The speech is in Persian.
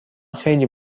خیلی